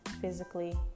physically